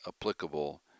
applicable